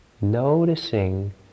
noticing